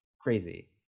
crazy